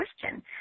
question